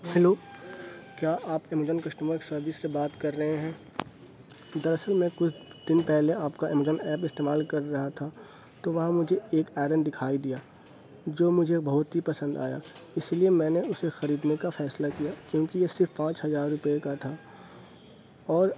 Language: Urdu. ہلو کیا آپ امیجون کسٹمر سروس سے بات کر رہے ہیں دراصل میں کچھ دن پہلے آپ کا امیجون ایپ استعمال کر رہا تھا تو وہاں مجھے ایک آئرن دکھائی دیا جو مجھے بہت ہی پسند آیا اسی لیے میں نے اسے خریدنے کا فیصلہ کیا کیونکہ یہ صرف پانچ ہزار روپے کا تھا اور